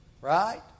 right